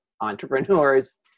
entrepreneurs